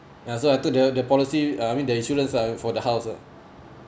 ya so I took the the policy uh I mean the insurance lah for the house uh